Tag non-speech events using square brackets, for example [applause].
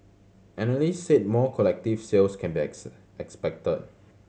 analysts said more collective sales can be [unintelligible] expected